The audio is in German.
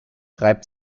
reibt